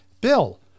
Bill